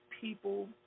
people